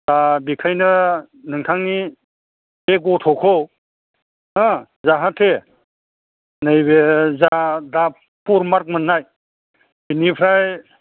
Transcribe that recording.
दा बेखायनो नोंथांनि बे गथ'खौ हो जाहाथे नैबे जा दा पुर मार्क मोन्नाय बेनिफ्राय